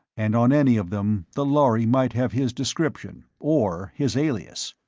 and on any of them the lhari might have his description, or his alias!